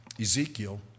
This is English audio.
Ezekiel